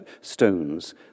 stones